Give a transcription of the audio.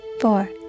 four